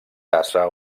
tassa